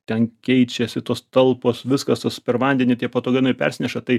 ten keičiasi tos talpos viskas tas per vandenį tie patogenai persineša tai